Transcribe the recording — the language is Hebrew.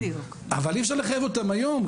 אבל אי אפשר לחייב אותם היום,